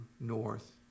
north